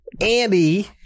Andy